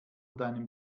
deinem